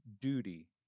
duty